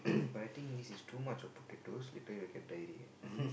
but I think this is too much of potatoes later you'll get diarrhoea